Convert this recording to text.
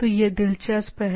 तो यह दिलचस्प है